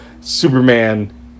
Superman